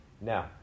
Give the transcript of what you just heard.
Now